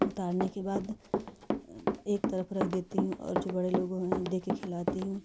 उतारने के बाद एक तरफ़ रख देती हूँ और जो बड़े लोग हैं दे के खिलाती हूँ